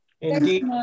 Indeed